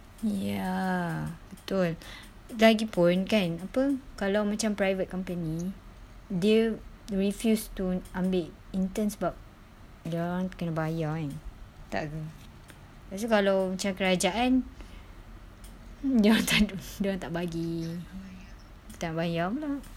ya betul lagipun kan apa kalau macam private company dia refuse to ambil interns sebab dorang kena bayar kan kan lepastu kalau kalau kerajaan dorang takde dorang tak bagi tak nak bayar pula